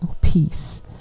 peace